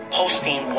posting